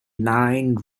nine